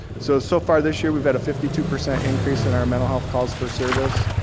so so far this year we've had a fifty two percent increase in our mental health calls for service.